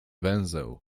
węzeł